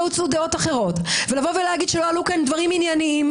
הוצעו דעות אחרות ולהגיד שלא עלו כאן דברים ענייניים,